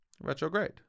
Retrograde